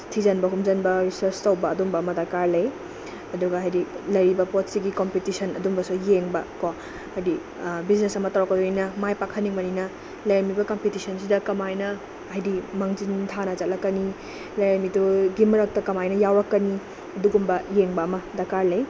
ꯊꯤꯖꯤꯟꯕ ꯍꯨꯝꯖꯤꯟꯕ ꯔꯤꯁꯔꯁ ꯇꯧꯕ ꯑꯗꯨꯝꯕ ꯑꯃ ꯗꯔꯀꯥꯔ ꯂꯩ ꯑꯗꯨꯒ ꯍꯥꯏꯗꯤ ꯂꯩꯔꯤꯕ ꯄꯣꯠꯁꯤꯒꯤ ꯀꯝꯄꯤꯇꯤꯁꯟ ꯑꯗꯨꯝꯕꯁꯨ ꯌꯦꯡꯕꯀꯣ ꯍꯥꯏꯗꯤ ꯕꯤꯖꯤꯅꯦꯁ ꯑꯃ ꯇꯧꯔꯛꯀꯗꯣꯏꯅꯤꯅ ꯃꯥꯏ ꯄꯥꯛꯍꯟꯅꯤꯡꯕꯅꯤꯅ ꯂꯩꯔꯝꯃꯤꯕ ꯀꯝꯄꯤꯇꯤꯁꯟꯁꯤꯗ ꯀꯃꯥꯏꯅ ꯍꯥꯏꯗꯤ ꯃꯥꯡꯖꯤꯟ ꯊꯥꯅ ꯆꯠꯂꯛꯀꯅꯤ ꯂꯩꯔꯝꯃꯤꯗꯨꯒꯤ ꯃꯔꯛꯇ ꯀꯃꯥꯏꯅ ꯌꯥꯎꯔꯛꯀꯅꯤ ꯑꯗꯨꯒꯨꯝꯕ ꯌꯦꯡꯕ ꯑꯃ ꯗꯔꯀꯥꯔ ꯂꯩ